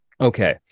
Okay